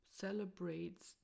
celebrates